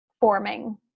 forming